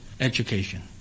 education